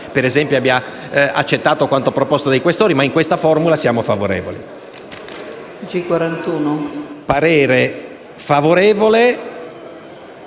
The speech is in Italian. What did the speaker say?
per esempio, abbia accettato quanto proposto dai Questori, ma con questa formula siamo favorevoli. Esprimo parere favorevole